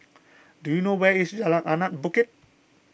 do you know where is Jalan Anak Bukit